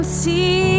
see